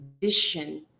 condition